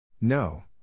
No